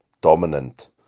dominant